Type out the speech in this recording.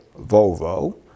Volvo